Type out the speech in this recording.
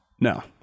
No